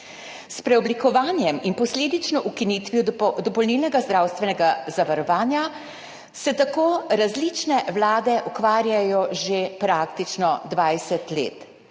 S preoblikovanjem in posledično ukinitvijo dopolnilnega zdravstvenega zavarovanja se tako različne vlade ukvarjajo že praktično 20 let,